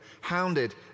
hounded